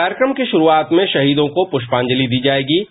कार्यक्रम के शुरुआत में शहीदों को पुष्पांजलि दी जाएहमम